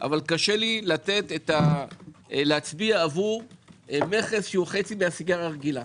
אך קשה לי להצביע עבור מכס שהוא חצי מהסיגריה הרגילה,